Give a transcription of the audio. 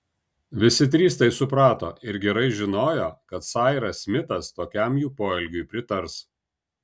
visi trys tai suprato ir gerai žinojo kad sairas smitas tokiam jų poelgiui pritars